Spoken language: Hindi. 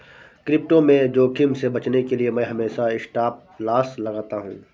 क्रिप्टो में जोखिम से बचने के लिए मैं हमेशा स्टॉपलॉस लगाता हूं